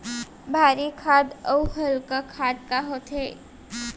भारी खाद अऊ हल्का खाद का होथे?